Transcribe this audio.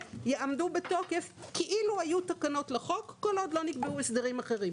יעמדו בתוקף כאילו היו תקנות לחוק כל עוד לא נקבעו הסדרים אחרים.